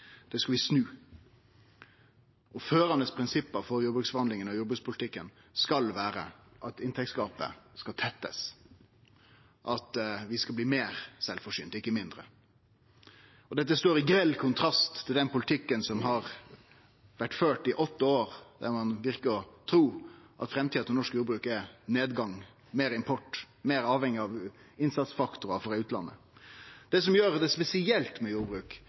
Det skal vi snu. Dei førande prinsippa for jordbruksforhandlingane og jordbrukspolitikken skal vere at inntektsgapet skal tettast, og at vi skal bli meir sjølvforsynte, ikkje mindre. Dette står i grell kontrast til den politikken som har vore ført i åtte år, der ein verkar å tru at framtida til norsk jordbruk er nedgang, meir import og meir avhengigheit av innsatsfaktorar frå utlandet. Det som er spesielt med jordbruk,